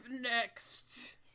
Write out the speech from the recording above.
next